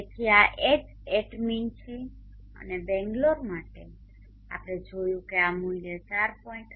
તેથી આ Hatmin છે અને બેંગ્લોર માટે આપણે જોયું કે આ મૂલ્ય 4